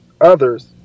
others